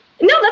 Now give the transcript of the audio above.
No